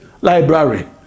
Library